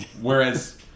Whereas